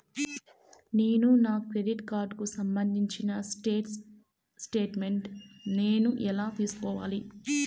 నేను నా క్రెడిట్ కార్డుకు సంబంధించిన స్టేట్ స్టేట్మెంట్ నేను ఎలా తీసుకోవాలి?